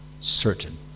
certain